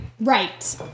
right